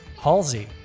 Halsey